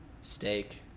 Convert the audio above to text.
steak